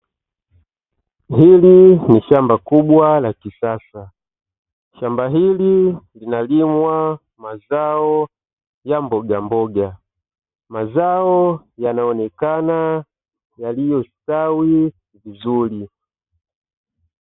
Hili ni shamba kubwa la kisasa shamba hili linalimwa mazao ya mbogamboga mazao, yanaonekana yaliostawi vizuri.